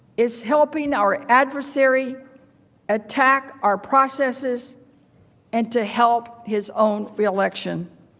is helping our adversary attack our processes and to help his own re-election.